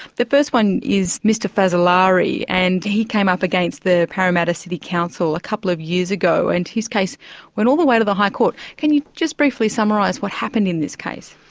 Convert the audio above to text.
the first one is mr fazzolari and he came up against the parramatta city council a couple of years ago, and his case went all the way to the high court. can you just briefly summarise what happened in this case?